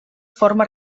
forma